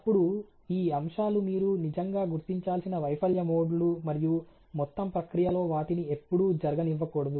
అప్పుడు ఈ అంశాలు మీరు నిజంగా గుర్తించాల్సిన వైఫల్య మోడ్లు మరియు మొత్తం ప్రక్రియలో వాటిని ఎప్పుడూ జరగనివ్వకూడదు